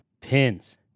pins